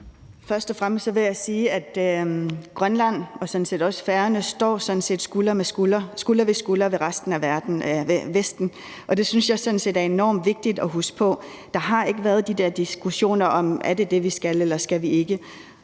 Først og fremmest vil jeg sige, at Grønland og sådan set også Færøerne står skulder ved skulder med resten af Vesten, og det synes jeg sådan set er enormt vigtigt at huske på. Der har ikke været de der diskussioner om, om det er det, vi skal eller ikke skal